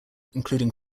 including